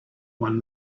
one